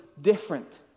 different